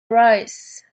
arise